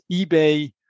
eBay